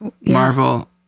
Marvel